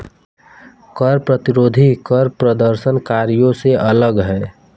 कर प्रतिरोधी कर प्रदर्शनकारियों से अलग हैं